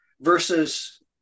versus